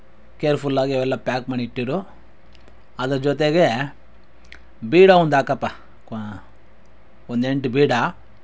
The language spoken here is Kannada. ಕೇರ್ಫುಲ್ಲಾಗಿ ಅವೆಲ್ಲ ಪ್ಯಾಕ್ ಮಾಡಿಟ್ಟಿರು ಅದರ ಜೊತೆಗೆ ಬೀಡಾ ಒಂದು ಹಾಕಪ್ಪ ಒಂದು ಎಂಟು ಬೀಡಾ